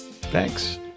Thanks